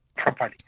Properly